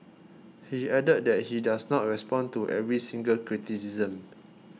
he added that he does not respond to every single criticism